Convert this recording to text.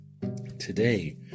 Today